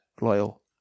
loyal